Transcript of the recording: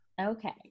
okay